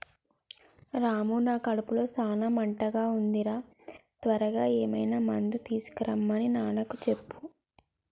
రాము నా కడుపులో సాన మంటగా ఉంది రా త్వరగా ఏమైనా మందు తీసుకొనిరమన్ని నాన్నకు చెప్పు